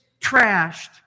trashed